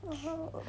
(uh huh)